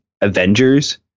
Avengers